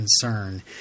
concern